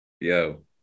Yo